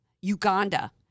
Uganda